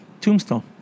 Tombstone